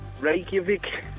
Reykjavik